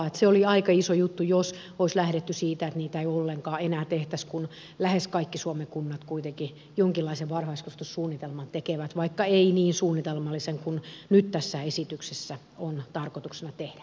se olisi ollut aika iso juttu jos olisi lähdetty siitä että niitä ei ollenkaan enää tehtäisi kun lähes kaikki suomen kunnat kuitenkin jonkinlaisen varhaiskasvatussuunnitelman tekevät vaikka ei niin suunnitelmallista kuin nyt tässä esityksessä on tarkoituksena tehdä